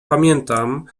pamiętam